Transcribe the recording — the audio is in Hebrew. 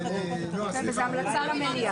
ב-10:32